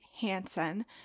Hansen